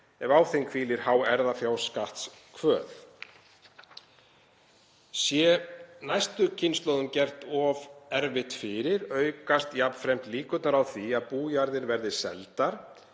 ef á þeim hvílir há erfðafjárskattskvöð. Sé næstu kynslóðum gert of erfitt fyrir aukast jafnframt líkurnar á því að bújarðir verði seldar,